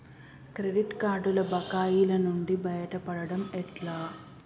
Credit కార్డుల బకాయిల నుండి బయటపడటం ఎట్లా?